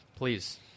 Please